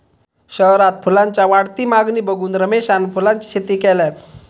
शहरात फुलांच्या वाढती मागणी बघून रमेशान फुलांची शेती केल्यान